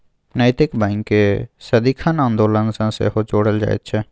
नैतिक बैंककेँ सदिखन आन्दोलन सँ सेहो जोड़ल जाइत छै